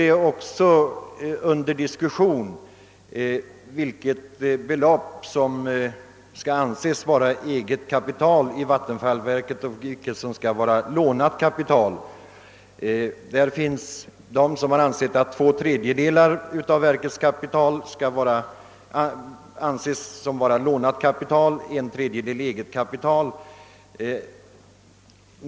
Det har också diskuterats vilket belopp som skall anses vara eget kapital i vattenfallsverket och vilket som skall vara lånat kapital. Det finns de som har ansett att två tredjedelar av verkskapitalet skall anses som lånat kapital och en tredjedel som eget kapital.